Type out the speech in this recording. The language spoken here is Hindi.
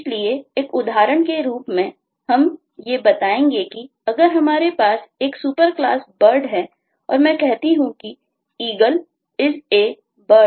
इसलिए एक उदाहरण के रूप में हम बताएंगे कि अगर हमारे पास एक सुपर क्लास Bird है और मैं कहता हूं कि Eagle IS A Bird